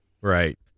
Right